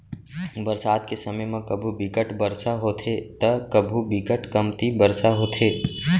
बरसात के समे म कभू बिकट बरसा होथे त कभू बिकट कमती बरसा होथे